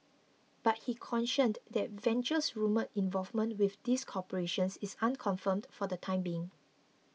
but he cautioned that Venture's rumour involvement with these corporations is unconfirmed for the time being